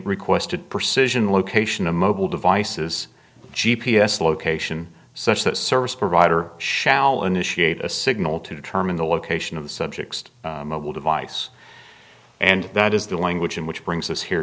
requested persuasion location of mobile devices g p s location such that service provider shall initiate a signal to determine the location of the subject's mobile device and that is the language in which brings us here